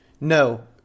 No